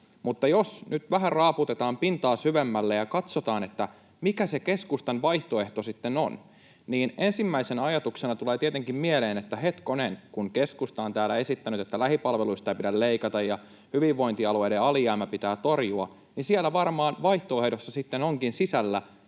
Mutta jos nyt vähän raaputetaan pintaa syvemmältä ja katsotaan, mikä se keskustan vaihtoehto sitten on, niin ensimmäisenä ajatuksena tulee tietenkin mieleen, että hetkonen: Kun keskusta on täällä esittänyt, että lähipalveluista ei pidä leikata ja hyvinvointialueiden alijäämä pitää torjua, niin siellä varmaan vaihtoehdossa sitten onkin sisällä